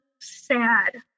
sad